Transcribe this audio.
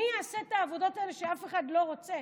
מי יעשה את העבודות האלה שאף אחד לא רוצה?